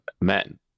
men